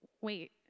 wait